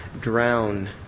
drown